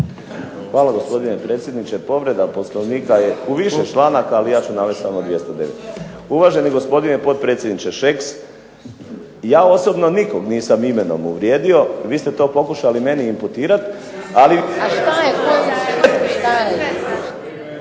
Hvala gospodine predsjedniče, povreda Poslovnika je u više članaka, ali ja ću navesti samo 209. Gospodine potpredsjedniče Šeks ja osobno nikog nisam imenom uvrijedio, vi ste pokušali to meni imputirati ali, budite toliko strpljivi